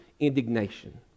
indignation